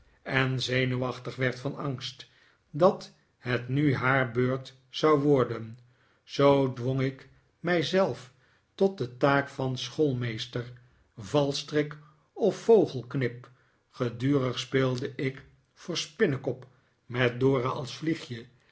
en zenuwachtig werd van angst dat het nu haar beurt zou worden zoo dwong ik mijzelf tot de taak van schoolmeester valstrik of vogelknip gedurig speelde ik voor spinnekop met